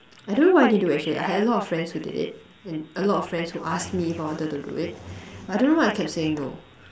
I don't know why I didn't do actually I had a lot of friends who did it and a lot of friends who asked me if I wanted to do it but I don't know why I kept saying no